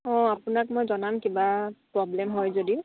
অঁ আপোনাক মই জনাম কিবা প্ৰ'ব্লেম হয় যদি